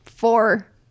four